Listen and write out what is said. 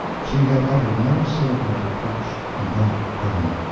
she had uttered no syllable of reproach and that cut him.